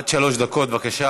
עד שלוש דקות, בבקשה.